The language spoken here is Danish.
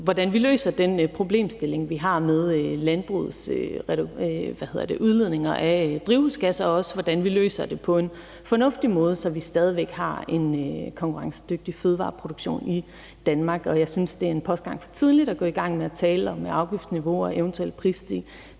hvordan vi løser den problemstilling, vi har med landbrugets udledninger af drivhusgasser, og også om, hvordan vi løser det på en fornuftig måde, så vi stadig væk har en konkurrencedygtig fødevareproduktion i Danmark. Jeg synes, at det er en postgang for tidligt at gå i gang med at tale om afgiftsniveauer og eventuelle prisstigninger,